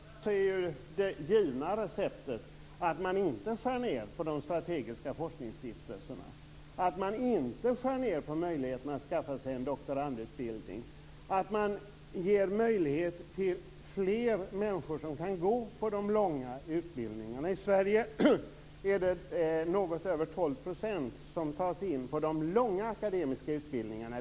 Herr talman! Det givna receptet är att man inte skär ned på de strategiska forskningsstiftelserna, att man inte skär ned på möjligheterna att skaffa sig en doktorandutbildning, att man ger möjlighet till fler människor att gå de långa utbildningarna. I Sverige är det något över 12 % som tas in på de långa akademiska utbildningarna.